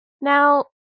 Now